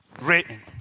written